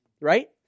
Right